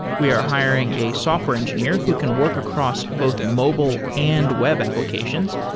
we are hiring a software engineer who can work across both mobile and web applications.